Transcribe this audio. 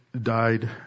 died